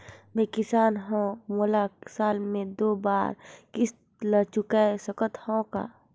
मैं किसान हव मोला साल मे दो बार किस्त ल चुकाय सकत हव का?